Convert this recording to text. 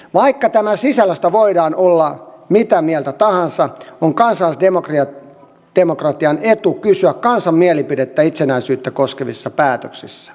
vaikka tämän sisällöstä voidaan olla mitä mieltä tahansa on kansalaisdemokratian etu kysyä kansan mielipidettä itsenäisyyttä koskevissa päätöksissä